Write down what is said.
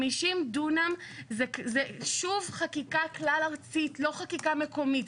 50 דונם זה שוב חקיקה כלל ארצית, לא חקיקה מקומית.